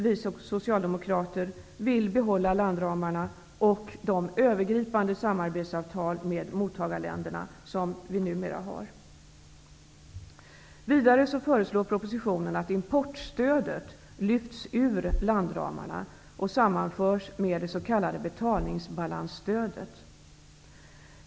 Vi socialdemokrater vill behålla landramarna och de övergripande samarbetsavtal med mottagarländerna som numera finns. Vidare föreslås i propositionen att importstödet lyfts ur landramarna och sammanförs med det s.k. betalningsbalansstödet.